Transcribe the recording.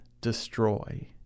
destroy